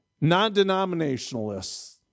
non-denominationalists